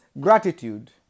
gratitude